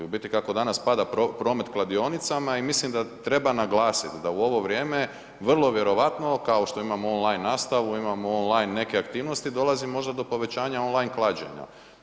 U biti, kako danas pada promet kladionicama i mislim da treba naglasiti da u ovo vrijeme, vrlo vjerojatno, kao što imamo online nastavu, imamo online nekih aktivnih, dolazi možda do povećanja online klađenja.